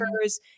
occurs